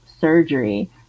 surgery